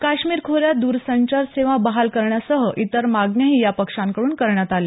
काश्मीर खोऱ्यात दूरसंचार सेवा बहाल करण्यासह इतर मागण्याही या पक्षांकडून करण्यात आल्या